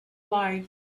life